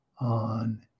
on